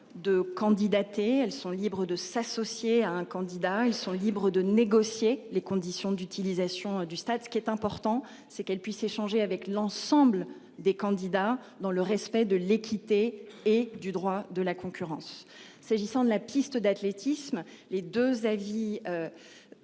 de candidater. Elles sont libres de s'associer à un candidat, ils sont libres de négocier les conditions d'utilisation du stade, ce qui est important c'est qu'elles puissent échanger avec l'ensemble des candidats dans le respect de l'équité et du droit de la concurrence s'agissant de la piste d'athlétisme les deux avis.